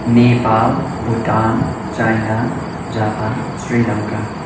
Nepal Bhutan China Japan Sri Lanka